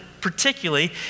particularly